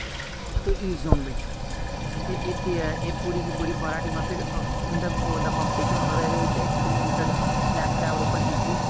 ते east zone बिच ते एह् ति एह् पूरी दी पूरी बारां टीमां फिर इंदा ओह् होंदा कम्पटीशन होंदा ते एह्दे बिच इक टीम इंटर नैशनल लैवल उप्पर जितदी